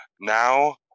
Now